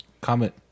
comment